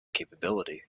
capability